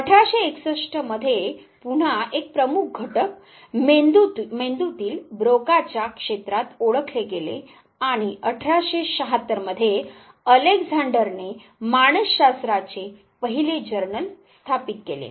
1861 मध्ये पुन्हा एक प्रमुख घटक मेंदूतील ब्रोकाच्या Brocas क्षेत्रात ओळखले गेले आणि 1876 मध्ये अलेक्झँडरने मानस शास्त्राचे पहिले जर्नल स्थापित केले